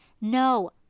No